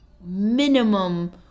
minimum